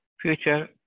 Future